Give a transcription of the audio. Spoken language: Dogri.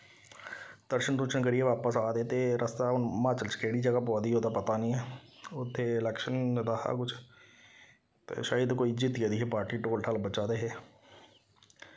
दर्शन दुर्शन करियै बापस आ दे हे ते रस्ता हून हिमाचल च केह्ड़ी जगह् पवा दी ही ओह्दा पता निं ऐ उत्थै इलैक्शन दा हा किश ते शायद कोई जित्ती दी ही पार्टी ढोल ढाल बज्जा दे हे